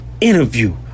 interview